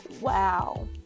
wow